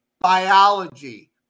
biology